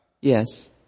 Yes